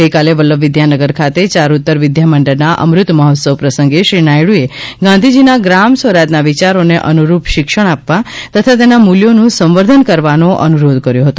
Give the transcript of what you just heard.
ગઇકાલે વલ્લભવિદ્યાનગર ખાતે યારૂતર વિદ્યામંડળના અમૃત મહોત્સવ પ્રસંગે શ્રી નાયડુએ ગાંધીજીના ગ્રામ સ્વરાજના વિચારોને અનુરૂપ શિક્ષણ આપવા તથા તેના મૂલ્યોનું સંવર્ધન કરવાનો અનુરોધ કર્યો હતો